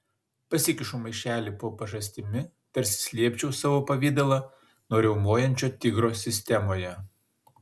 pasikišu maišelį po pažastimi tarsi slėpčiau savo pavidalą nuo riaumojančio tigro sistemoje